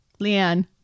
Leanne